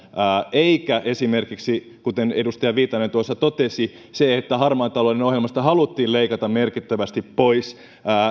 eikä esimerkiksi kuten edustaja viitanen tuossa totesi se että harmaan talouden ohjelmasta haluttiin leikata merkittävästi pois